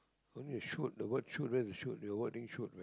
what thing shoot the word shoot where's the shoot the wording shoot